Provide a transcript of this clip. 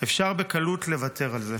אפשר בקלות לוותר על זה.